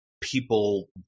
people